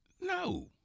No